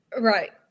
Right